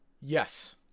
Yes